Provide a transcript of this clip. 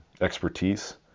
expertise